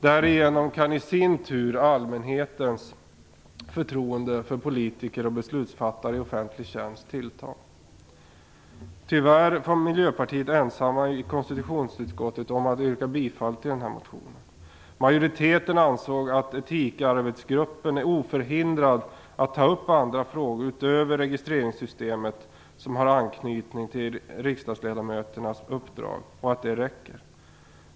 Därigenom kan i sin tur allmänhetens förtroende för politiker och beslutsfattare i offentlig tjänst tillta. Tyvärr var det bara Miljöpartiet i konstitutionsutskottet som ville tillstyrka den här motionen. Majoriteten ansåg att etikarbetsgruppen är oförhindrad att ta upp frågor utöver registreringssystemet som har anknytning till riksdagsledamöternas uppdrag och att det räcker.